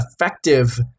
effective